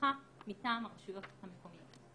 הסמכה מטעם הרשויות המקומיות.